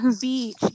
beach